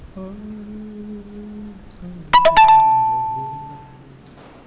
ઓર હમેશા રહેગા